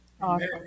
Awesome